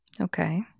Okay